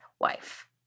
wife